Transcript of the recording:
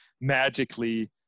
magically